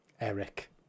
Eric